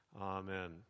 Amen